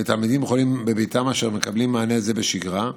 לתלמידים חולים בביתם אשר מקבלים מענה זה בשגרה.